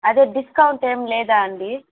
అదే డిస్కౌంట్ ఏం లేదా అండీ